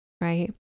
right